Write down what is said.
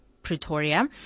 Pretoria